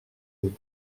haut